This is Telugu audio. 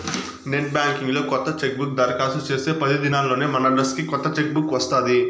నెట్ బాంకింగ్ లో కొత్త చెక్బుక్ దరకాస్తు చేస్తే పది దినాల్లోనే మనడ్రస్కి కొత్త చెక్ బుక్ వస్తాది